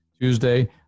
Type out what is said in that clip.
Tuesday